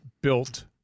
built